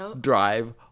drive